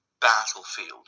battlefield